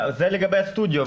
זה לגבי הסטודיו.